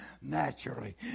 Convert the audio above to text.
naturally